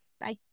Bye